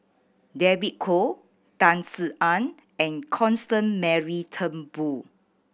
David Kwo Tan Sin Aun and Constance Mary Turnbull